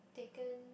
taken